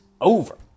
over